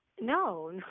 no